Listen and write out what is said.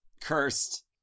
Cursed